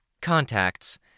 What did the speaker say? Contacts